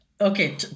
okay